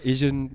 Asian